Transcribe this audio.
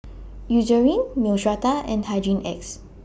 Eucerin Neostrata and Hygin X